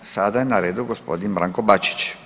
Sada je na redu g. Branko Bačić.